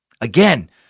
Again